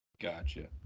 gotcha